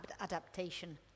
adaptation